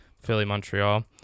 Philly-Montreal